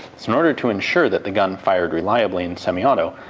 so in order to ensure that the gun fired reliably in semi-auto,